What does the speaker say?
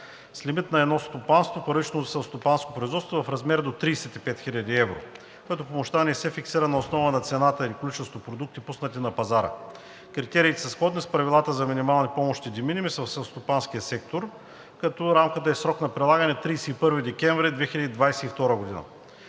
с лимит на едно стопанство – първично селскостопанско производство, в размер до 35 хил. евро. Помощта не се фиксира на основа на цената и количеството продукти, пуснати на пазара. Критериите са сходни с правилата за минимални помощи de minimis в селскостопанския сектор, като рамката е в срок на прилагане 31 декември 2022 г.